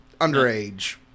underage